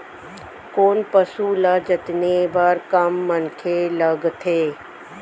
कोन पसु ल जतने बर कम मनखे लागथे?